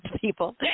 people